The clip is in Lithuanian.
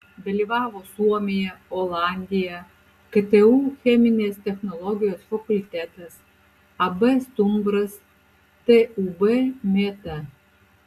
dalyvavo suomija olandija ktu cheminės technologijos fakultetas ab stumbras tūb mėta